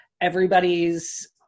everybody's